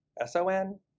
S-O-N